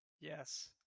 Yes